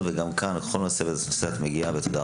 ושאת מגיעה לכל נושא ונושא שעולה כאן.